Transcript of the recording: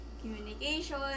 Communication